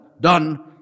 done